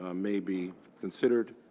ah may be considered.